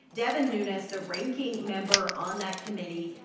devin nunes, the ranking member on that committee,